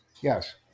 Yes